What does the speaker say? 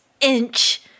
inch